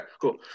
cool